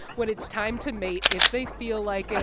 when it's time to mate, if they feel like it,